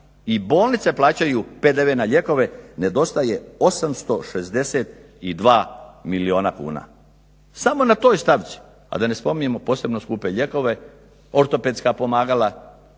i bolnice plaćaju PDV na lijekove nedostaje 862 milijuna kuna. Samo na toj stavci, a da ne spominjemo posebno skupe lijekove, ortopedska pomagala,